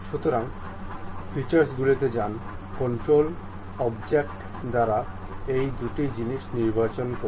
সুতরাং ফিচার্সগুলিতে যান কন্ট্রোল অবজেক্ট দ্বারা এই দুটি জিনিস নির্বাচন করুন